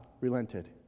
relented